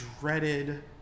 dreaded